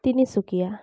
Tinsukia